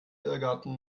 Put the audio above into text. irrgarten